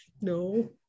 no